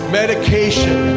medication